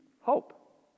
hope